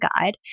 guide